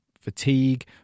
fatigue